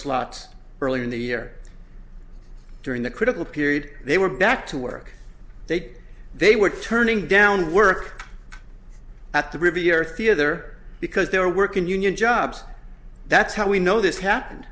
slots earlier in the year during the critical period they were back to work they did they were turning down work at the riviera theatre because their work in union jobs that's how we know this happened